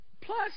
plus